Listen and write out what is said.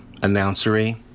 announcery